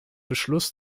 beschluss